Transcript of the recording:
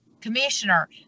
commissioner